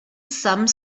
some